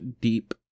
deep